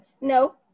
No